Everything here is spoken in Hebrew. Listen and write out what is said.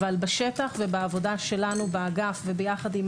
אבל בשטח ובעבודה שלנו באגף וביחד עם